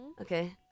Okay